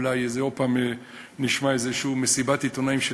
אולי עוד הפעם נשמע איזו מסיבת עיתונאים של